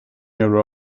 year